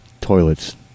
toilets